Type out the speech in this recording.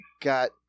got